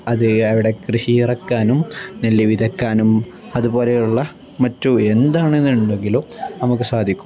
അത് അവിടെ കൃഷി ഇറക്കാനും നെല്ല് വിതക്കാനും അതുപോലെയുള്ള മറ്റു എന്താണെന്നുണ്ടെങ്കിലും നമുക്ക് സാധിക്കും